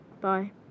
Bye